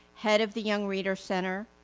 head of the young readers center.